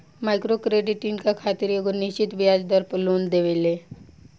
micro credit इनका खातिर एगो निश्चित ब्याज दर पर लोन देवेला